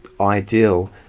ideal